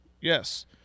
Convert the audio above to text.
Yes